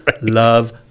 love